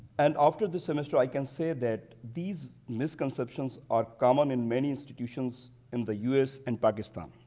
and after this semester, i can say that these misconceptions are common in many institutions in the u s. and pakistan.